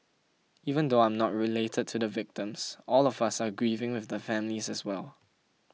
even though I am not related to the victims all of us are grieving with the families as well